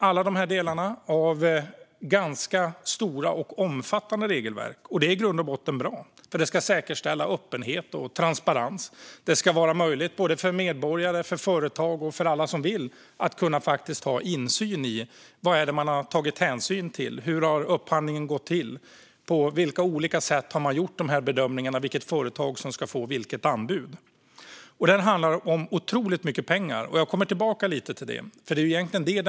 Alla dessa delar omfattas av ganska stora och omfattande regelverk, vilket i grund och botten är bra eftersom det ska säkerställa öppenhet och transparens. Det ska vara möjligt för medborgare, företag och alla som vill att kunna ha insyn i vad man har tagit hänsyn till, hur upphandlingen har gått till och på vilka olika sätt man har gjort bedömningen av vilket företag som ska få ett anbud. Det här gäller otroligt mycket pengar, och jag kommer tillbaka till det.